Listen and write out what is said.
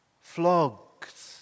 flogged